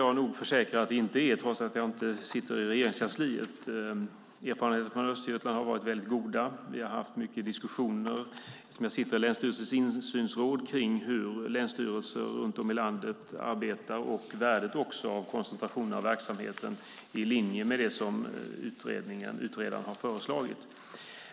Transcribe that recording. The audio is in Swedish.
Jag kan försäkra att det inte är så, trots att jag inte sitter i Regeringskansliet. Erfarenheterna från Östergötland har varit väldigt goda. Vi har haft mycket diskussioner. Jag sitter i länsstyrelsens insynsråd kring hur länsstyrelser runt om i landet arbetar och ser värdet av koncentrationer av verksamheten i linje med det som utredaren har föreslagit.